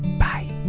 bye